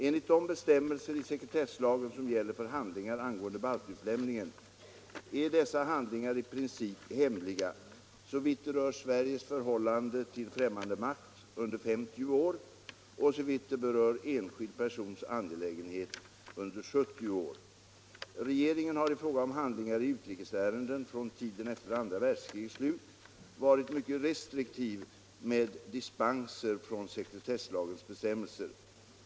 Enligt de bestämmelser i sekretesslagen som gäller för handlingar angående baltutlämningen är dessa handlingar i princip hemliga, såvitt det rör Sveriges förhållande till fträmmande makt under 50 år och såvitt det berör enskild persons angelägenheter under 70 år. Regeringen har i fråga om handlingar i utrikesärenden från tiden efter andra världskrigets slut varit mycket restriktiv med dispenser från sekretesslagens bestämmelser.